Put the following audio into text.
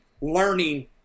learning